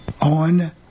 On